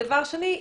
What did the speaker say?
דבר שני,